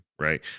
right